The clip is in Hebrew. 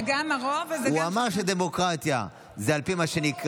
זה גם הרוב, הוא אמר שדמוקרטיה זה על פי מה שנקרא,